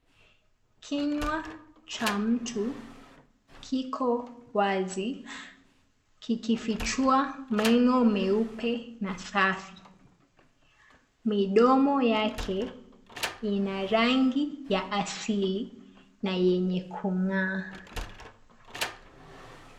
Kinywa cha mtu kiko wazi kikifichua meno meupe na safi. Midomo yake ina rangi ya asili na yenye kung'aa.